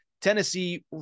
Tennessee